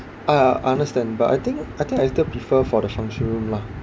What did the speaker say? uh I understand but I think I think I still prefer for the function room lah